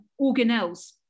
organelles